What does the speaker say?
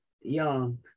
young